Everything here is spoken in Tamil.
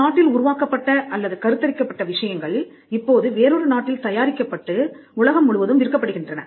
ஒரு நாட்டில் உருவாக்கப்பட்ட அல்லது கருத்தரிக்கப் பட்ட விஷயங்கள் இப்போது வேறொரு நாட்டில் தயாரிக்கப்பட்டு உலகம் முழுவதும் விற்கப்படுகின்றன